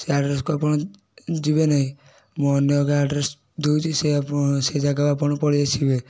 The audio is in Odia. ସେ ଆଡ୍ରେସ୍କୁ ଆପଣ ଯିବେନେଇଁ ମୁଁ ଅନ୍ୟ ଏକ ଆଡ୍ରେସ୍ ଦୋଉଚି ସେ ଆପଣ ସେ ଜାଗାକୁ ଆପଣ ପାଳିଆସିବେ